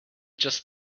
just